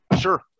Sure